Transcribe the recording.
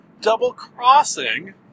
double-crossing